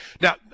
Now